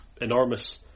enormous